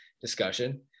discussion